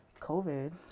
COVID